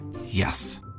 Yes